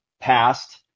past